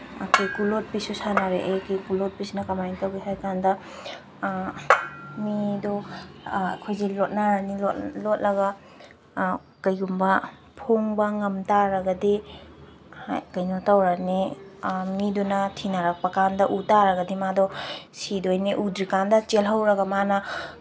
ꯀꯦꯀꯨ ꯂꯣꯠꯄꯤꯁꯨ ꯁꯥꯟꯅꯔꯛꯑꯦ ꯀꯦꯀꯨ ꯂꯣꯠꯄꯤꯁꯤꯅ ꯀꯃꯥꯏꯅ ꯇꯧꯒꯦ ꯍꯥꯏꯕ ꯀꯥꯟꯗ ꯃꯤꯗꯣ ꯑꯩꯈꯣꯏꯁꯦ ꯂꯣꯠꯅꯔꯅꯤ ꯂꯣꯠꯂꯒ ꯀꯔꯤꯒꯨꯝꯕ ꯐꯣꯡꯕ ꯉꯝꯕ ꯇꯥꯔꯒꯗꯤ ꯀꯩꯅꯣ ꯇꯧꯔꯅꯤ ꯃꯤꯗꯨꯅ ꯊꯤꯅꯔꯛꯄ ꯀꯥꯟꯗ ꯎ ꯇꯥꯔꯒꯗꯤ ꯃꯥꯗꯣ ꯁꯤꯗꯣꯏꯅꯦ ꯎꯗ꯭ꯔꯤꯀꯥꯟꯗ ꯆꯦꯜꯍꯧꯔꯒ ꯃꯥꯅ